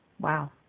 Wow